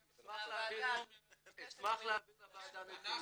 אדוני אפשר לבקש --- אני אשמח להעביר לוועדה נתונים.